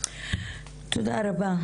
תודה רבה.